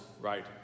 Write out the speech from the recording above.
right